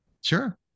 Sure